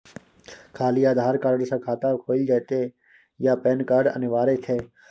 खाली आधार कार्ड स खाता खुईल जेतै या पेन कार्ड अनिवार्य छै?